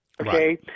Okay